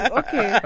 okay